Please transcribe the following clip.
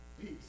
peace